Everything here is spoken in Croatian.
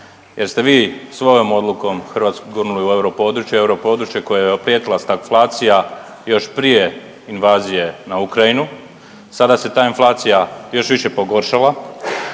jer ste vi svojom odlukom Hrvatsku gurnuli u europodručje, europodručje kojem je prijetila … još prije invazije na Ukrajinu, sada se ta inflacija još više pogoršala.